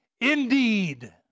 indeed